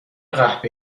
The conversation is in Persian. قهوه